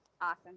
Awesome